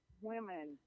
women